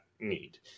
need